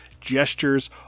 gestures